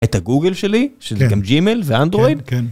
את הגוגל שלי? כן. גם ג'ימל ואנדרויד? כן, כן.